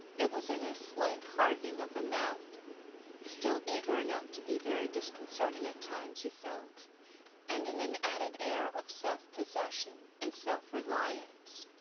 it was in a slight hardening of the mouth still eager enough to be very disconcerting at times, he felt and in an added air of self-possession and self-reliance.